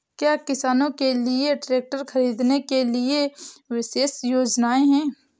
क्या किसानों के लिए ट्रैक्टर खरीदने के लिए विशेष योजनाएं हैं?